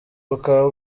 bukaba